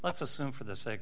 let's assume for the sake